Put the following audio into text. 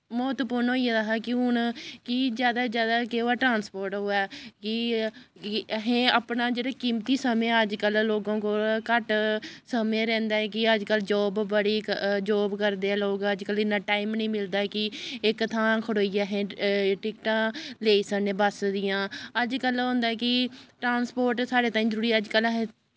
म्हत्तवपूर्ण होई गेदा हा कि हून कि जैदा जैदा केह् होऐ ट्रांस्पोर्ट होऐ कि कि असें अपनी जेह्ड़ा कीमती समें अजकल्ल लोकें कोल घट्ट समें रैंह्दा ऐ कि अजकल्ल जाब बड़ी जाब करदे ऐ अजकल्ल इन्ना टाइम निं मिलदा ऐ कि इक थां खड़े होइयै अस टिकटां लेई सकनें बस्स दियां अजकल्ल होंदा ऐ कि ट्रांस्पोट साढ़े ताईं जरूरी असें